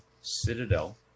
Citadel